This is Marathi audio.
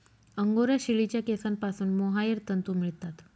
अंगोरा शेळीच्या केसांपासून मोहायर तंतू मिळतात